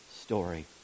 story